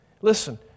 Listen